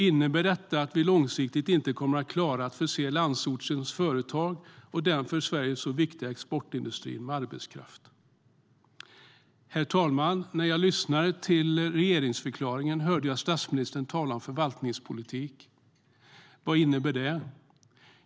Innebär detta att vi långsiktigt inte kommer att klara att förse landsortens företag och den för Sverige så viktiga exportindustrin med arbetskraft? Herr talman! När jag lyssnade till regeringsförklaringen hörde jag statsministern tala om förvaltningspolitik. Vad innebär det?